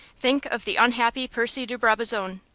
think of the unhappy percy de brabazon!